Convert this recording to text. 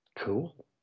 Cool